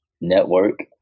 network